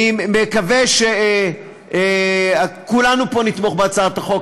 אני מקווה שכולנו פה נתמוך בהצעת החוק,